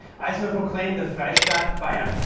eisner proclaimed the freistaat bayern,